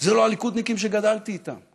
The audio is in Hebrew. זה לא הליכודניקים שגדלתי איתם.